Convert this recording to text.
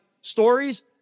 stories